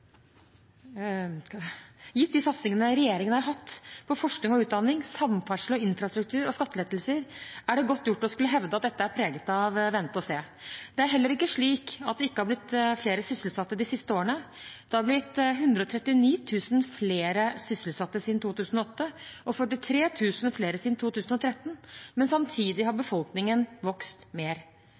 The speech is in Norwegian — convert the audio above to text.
regjeringen har hatt på forskning og utdanning, samferdsel og infrastruktur og skattelettelser, er det godt gjort å skulle hevde at dette er preget av «vente-og-se». Det er heller ikke slik at det ikke har blitt flere sysselsatte de siste årene. Det har blitt 139 000 flere sysselsatte siden 2008, og 43 000 flere siden 2013, men samtidig har befolkningen vokst mer.